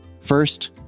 First